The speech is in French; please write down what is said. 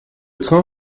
train